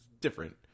different